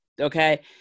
okay